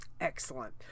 excellent